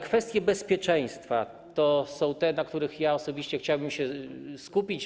Kwestie bezpieczeństwa to te, na których osobiście chciałbym się skupić.